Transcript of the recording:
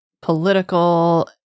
political